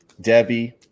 Debbie